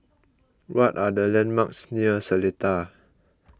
what are the landmarks near Seletar